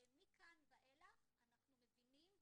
ומכאן ואילך אנחנו מבינים,